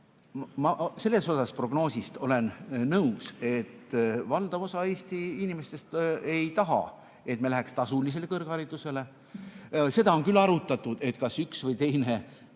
Ma selle osaga olen nõus, et valdav osa Eesti inimestest ei taha, et me läheks üle tasulisele kõrgharidusele. Seda on küll arutatud, kas üks või teine